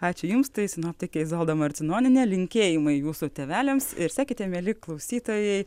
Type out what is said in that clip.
ačiū jums tai sinoptikė izolda marcinonienė linkėjimai jūsų tėveliams ir sekite mieli klausytojai